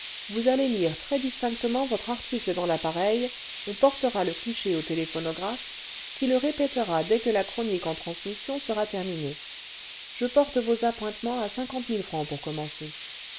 vous allez lire très distinctement votre article dans l'appareil on portera le cliché au téléphonographe qui le répétera dès que la chronique en transmission sera terminée je porte vos appointements à cinquante mille francs pour commencer